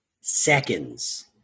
Seconds